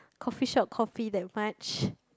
coffee shop coffee that much